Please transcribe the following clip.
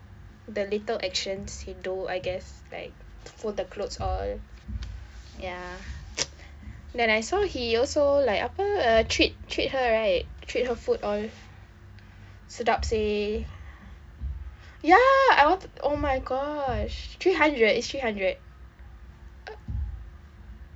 the little actions he do I guess like fold the clothes all ya then I saw he also like apa treat treat her right treat her food all sedap seh ya I wanted oh my gosh three hundred it's three hundred